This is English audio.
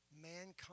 mankind